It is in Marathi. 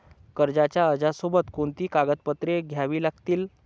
कर्जाच्या अर्जासोबत कोणती कागदपत्रे द्यावी लागतील?